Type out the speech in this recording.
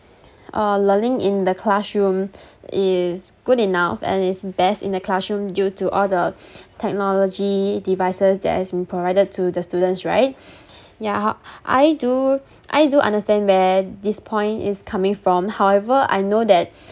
uh learning in the classroom is good enough and is best in the classroom due to all the technology devices that has been provided to the students right yeah I do I do understand that this point is coming from however I know that